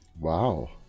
Wow